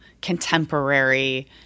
contemporary